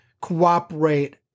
cooperate